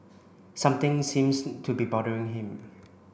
something seems to be bothering him